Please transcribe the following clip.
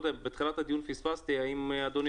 בתחילת הדיון פספסתי ואני לא יודע אם אדוני